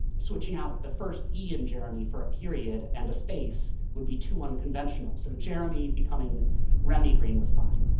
switching out the first e in jeremy for a period and a space would be too unconventional. so jeremy becoming remy green was fine.